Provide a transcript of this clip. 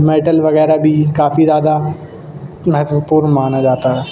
metal وغیرہ بھی کافی زیادہ مہتوپورن مانا جاتا ہے